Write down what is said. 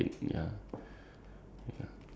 gift like I received lah